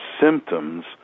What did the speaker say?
symptoms